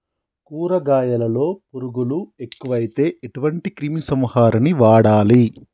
కూరగాయలలో పురుగులు ఎక్కువైతే ఎటువంటి క్రిమి సంహారిణి వాడాలి?